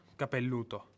capelluto